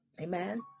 amen